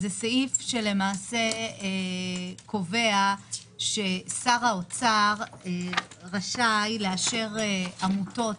למעשה הוא קובע ששר האוצר רשאי לאשר עמותות